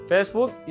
Facebook